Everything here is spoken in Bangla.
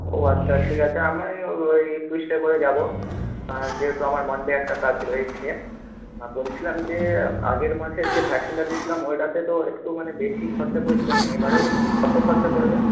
ও আচ্ছা ঠিক আছে আমি ওই টিউসডে করে যাব যেহেতু আমার মানডে একটা কাজ রয়েছে আর বলছিলাম যে আগের মাসের যে ভ্যাকসিনটা দিয়েছিলাম ওইটাতে তো একটু মানে বেশিই খরচা পড়েছিল মানে এবারেও কত খরচা পড়বে